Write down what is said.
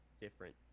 different